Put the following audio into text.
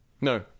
No